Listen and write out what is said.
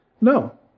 No